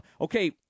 Okay